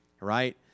right